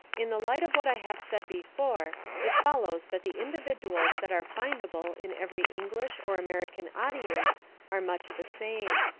in the light of what i have said before it follows that the individuals that are findable in every english or american audience are much the same.